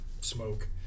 smoke